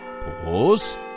pause